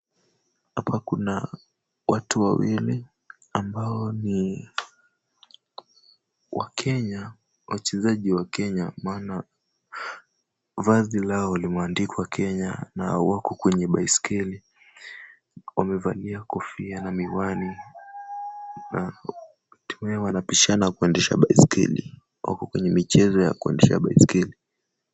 Hapa kuna watu wawili ambao ni wakenya, wachezaji wakenya maana vazi lao limeandikwa Kenya na wako kwenye baiskeli. Wamevalia kofia na miwani na tena wanabishana kwendesha baiskeli. Wako kwenye michezo ya kiendesha baiskeli.